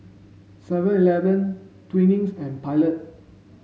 seven eleven Twinings and Pilot